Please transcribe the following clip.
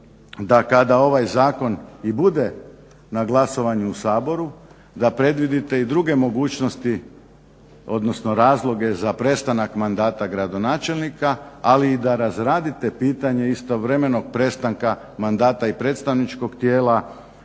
da kada ovaj zakon i bude na glasovanju u Saboru da predvidite i druge mogućnosti, odnosno razloge za prestanak mandata gradonačelnika, ali i da razradite pitanje istovremenog prestanka mandata i predstavničkog tijela